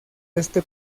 este